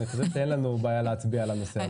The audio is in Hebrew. חושב שאין לנו בעיה להצביע על הנושא הזה.